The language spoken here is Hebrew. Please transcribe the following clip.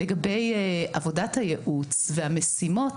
לגבי עבודת הייעוץ והמשימות,